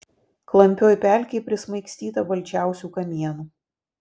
klampioj pelkėj prismaigstyta balčiausių kamienų